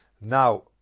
Now